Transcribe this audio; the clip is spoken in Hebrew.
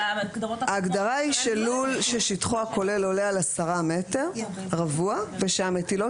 ההגדרה היא שלול ששטחו הכולל עולה על 10 מטרים רבוע ושהמטילות